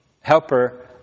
helper